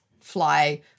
fly